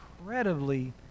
Incredibly